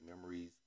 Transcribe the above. memories